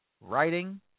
writing